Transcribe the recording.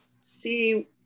see